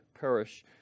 perish